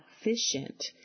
efficient